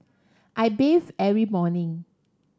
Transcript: I bathe every morning